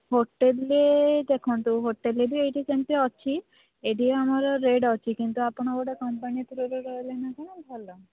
ହୋଟେଲ୍ରେ ଦେଖନ୍ତୁ ହୋଟେଲ୍ରେ ବି ଏଇଠି ସେମିତି ଅଛି ଏଇଠି ଆମର ରେଟ୍ ଅଛି କିନ୍ତୁ ଆପଣ ଗୋଟେ କମ୍ପାନୀ ଥ୍ରୋରେ ରହିଲେ ନା କ'ଣ ଭଲ